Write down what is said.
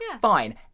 fine